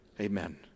Amen